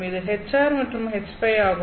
இது Hr மற்றும் Hϕ ஆகும்